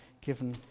given